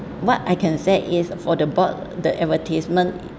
what I can say is for the board the advertisement